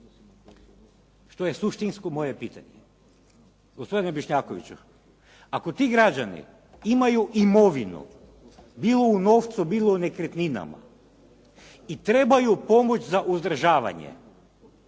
što je suštinsko moje pitanje. Gospodine Bošnjakoviću, ako ti građani imaju imovinu, bilo u novcu, bilo u nekretninama i trebaju pomoć za uzdržavanje